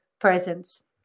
presence